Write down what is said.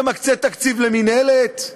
שמקצה תקציב למינהלת,